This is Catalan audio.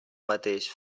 mateix